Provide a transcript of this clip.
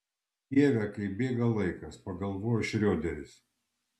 dieve kaip bėga laikas pagalvojo šrioderis